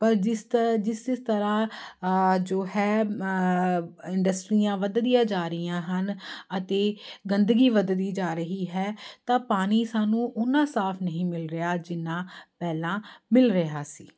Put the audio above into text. ਪਰ ਜਿਸ ਤਰ੍ਹਾਂ ਜਿਸ ਜਿਸ ਤਰ੍ਹਾਂ ਜੋ ਹੈ ਇੰਡਸਟਰੀਆਂ ਵੱਧਦੀਆਂ ਜਾ ਰਹੀਆਂ ਹਨ ਅਤੇ ਗੰਦਗੀ ਵੱਧਦੀ ਜਾ ਰਹੀ ਹੈ ਤਾਂ ਪਾਣੀ ਸਾਨੂੰ ਉੱਨਾ ਸਾਫ ਨਹੀਂ ਮਿਲ ਰਿਹਾ ਜਿੰਨਾ ਪਹਿਲਾਂ ਮਿਲ ਰਿਹਾ ਸੀ